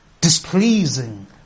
displeasing